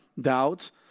Doubts